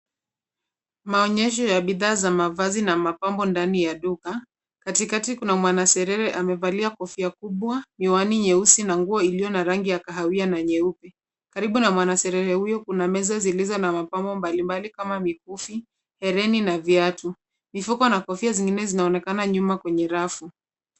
Maonyesho ya bidhaa za mavazi na mapambo ndani ya duka. Katikati kuna mwanaserere amevalia kofia kubwa, miwani nyeusi na nguo iliyo na rangi ya kahawia na nyeupe. Karibu na mwanaserere huyo kuna meza zilizo na mapambo mbalimbali kama mikufi, hereni na viatu. Mifuko na kofia zingine zinaonekana nyuma kwenye rafu.